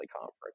conference